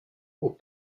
aux